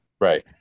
Right